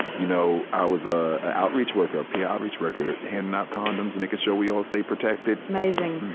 you know, i was a outreach worker, peer outreach worker, handing out condoms, making sure we all stay protected amazing.